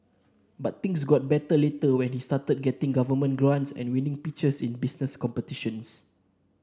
but things got better later when he started getting government grants and winning pitches in business competitions